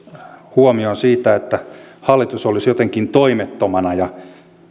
huomioon siitä että hallitus olisi jotenkin toimettomana